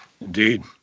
Indeed